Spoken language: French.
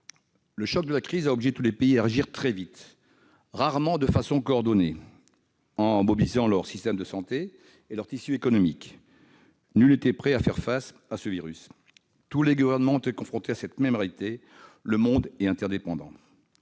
Le choc de la crise a obligé tous les pays à réagir très vite, rarement de façon coordonnée, en mobilisant leur système de santé et leur tissu économique. Nul n'était prêt à faire face à ce virus. Tous les gouvernements ont été confrontés à une même réalité : le monde est interdépendant.